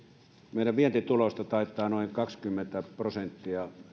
meidän vientituloistamme taitaa noin kaksikymmentä prosenttia